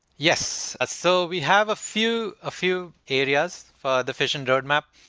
yes. so we have a few ah few areas for the fission roadmap.